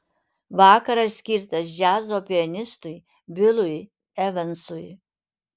vakaras skirtas džiazo pianistui bilui evansui